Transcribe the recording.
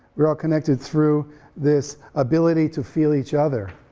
we're all connected through this ability to feel each other.